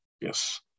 yes